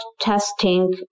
testing